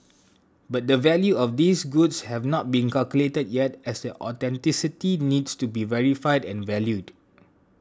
but the value of these goods have not been calculated yet as their authenticity needs to be verified and valued